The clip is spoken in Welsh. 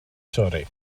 torri